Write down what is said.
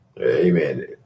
Amen